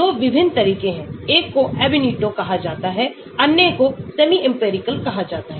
2 विभिन्न तरीके हैं एक को Ab initio कहा जाता है अन्य को सेमीइंपिरिकल कहा जाता है